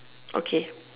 okay